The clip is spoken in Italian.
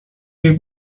dei